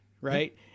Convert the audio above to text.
right